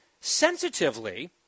sensitively